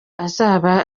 azaba